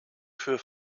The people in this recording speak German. für